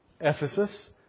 Ephesus